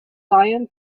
lion